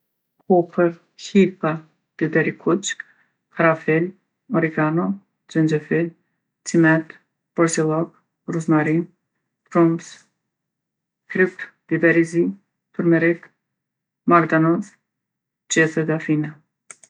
Kopër, hitha, biber i kuq, karafil, origano, xhenxhefil, cimet, borzillok, ruzmarinë, trumz, kryp, biber i zi, turmerik, magdanoz, gjethe dafine.